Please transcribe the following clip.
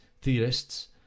theorists